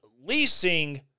leasing